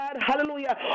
hallelujah